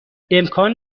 امکان